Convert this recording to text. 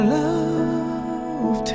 love